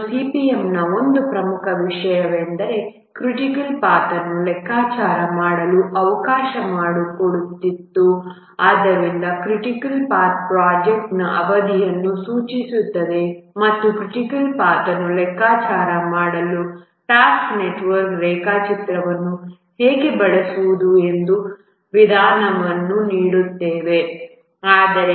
ಮತ್ತು CPM ನ ಒಂದು ಪ್ರಮುಖ ವಿಷಯವೆಂದರೆ ಅದು ಕ್ರಿಟಿಕಲ್ ಪಾಥ್ ಅನ್ನು ಲೆಕ್ಕಾಚಾರ ಮಾಡಲು ಅವಕಾಶ ಮಾಡಿಕೊಟ್ಟಿತು ಮತ್ತು ಆದ್ದರಿಂದ ಕ್ರಿಟಿಕಲ್ ಪಾಥ್ ಪ್ರೊಜೆಕ್ಟ್ನ ಅವಧಿಯನ್ನು ಸೂಚಿಸುತ್ತದೆ ಮತ್ತು ಕ್ರಿಟಿಕಲ್ ಪಾಥ್ ಅನ್ನು ಲೆಕ್ಕಾಚಾರ ಮಾಡಲು ಟಾಸ್ಕ್ ನೆಟ್ವರ್ಕ್ ರೇಖಾಚಿತ್ರವನ್ನು ಹೇಗೆ ಬಳಸುವುದು ಎಂಬ ವಿಧಾನವನ್ನು ನೀಡುತ್ತದೆ